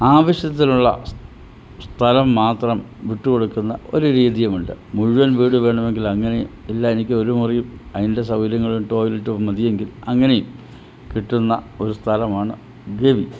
ആവശ്യത്തിനുള്ള സ്ഥലം മാത്രം വിട്ടു കൊടുക്കുന്ന ഒരു രീതിയുമുണ്ട് മുഴുവൻ വീടുവേണമെങ്കിൽ അങ്ങനെ ഇല്ല എനിക്ക് ഒരു മുറി അതിൻ്റെ സൗകര്യങ്ങളും ടോയിലെറ്റോ മതിയെങ്കിൽ അങ്ങനെ കിട്ടുന്ന ഒരു സ്ഥലമാണ് ഗവി